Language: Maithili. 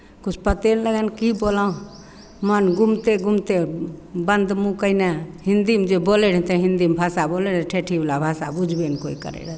किछु पते नहि लगनि की बोलहुँ मन गुमते गुमते बन्द मूँह कयने हिन्दीमे जे बोलै रहियनि तऽ हिन्दीमे भाषा बोलै रहय ठेठीवला भाषा बुझबे नहि कोइ करै रहथिन